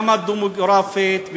גם הדמוגרפית,